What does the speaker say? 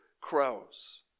crows